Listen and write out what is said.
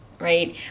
right